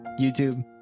YouTube